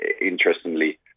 interestingly